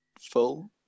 full